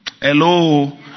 hello